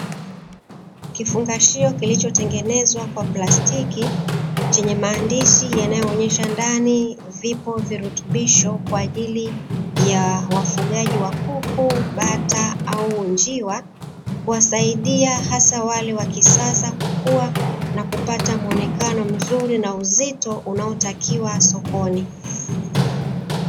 Kifungashio kilichotengezwa kwa plastiki, chenye maandishi yanayoonyesha ndani vipo virutubisho kwa ajili ya wafugaji wa kuku, bata au njiwa, kuwasaidia hasa wale wa kisasa kukua na kupata muonekano mzuri na uzito unaotakiwa sokoni.